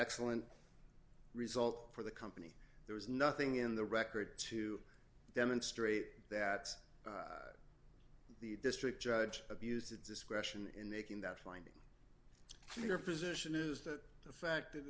excellent result for the company there is nothing in the record to demonstrate that the district judge abused its discretion in the king that finding your position is that the fact that